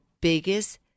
biggest